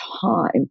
time